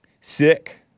Sick